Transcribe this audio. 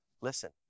listen